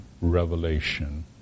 revelation